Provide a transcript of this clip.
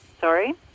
Sorry